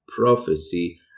prophecy—